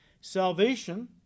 Salvation